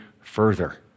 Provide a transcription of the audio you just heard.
further